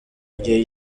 igihe